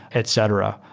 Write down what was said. etc.